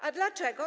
A dlaczego?